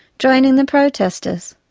joining the protesters.